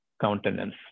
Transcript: countenance